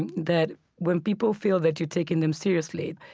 and that when people feel that you're taking them seriously,